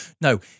No